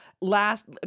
last